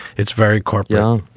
it's very corpulent.